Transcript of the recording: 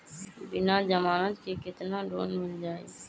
बिना जमानत के केतना लोन मिल जाइ?